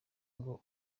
ngo